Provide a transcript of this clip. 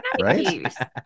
Right